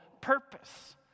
purpose